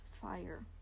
fire